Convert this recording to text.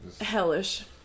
hellish